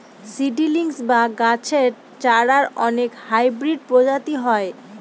seedlings বা গাছের চারার অনেক হাইব্রিড প্রজাতি হয়